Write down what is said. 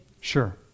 Sure